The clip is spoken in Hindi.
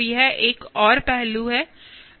तो यह एक और पहलू है